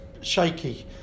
shaky